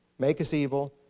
make us evil.